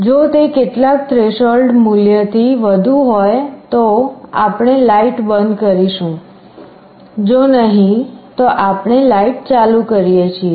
જો તે કેટલાક થ્રેશોલ્ડ મૂલ્યથી વધુ હોય તો આપણે લાઈટ બંધ કરીશું જો નહિં તો આપણે લાઈટ ચાલુ કરીએ છીએ